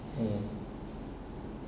mm